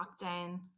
lockdown